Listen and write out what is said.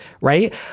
right